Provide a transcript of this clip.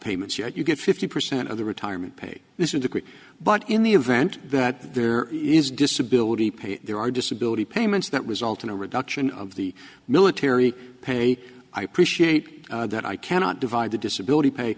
payments yet you get fifty percent of the retirement pay this is a quick but in the event that there is disability pay there are disability payments that was all to a reduction of the military pay i appreciate that i cannot divide the disability pay